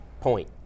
point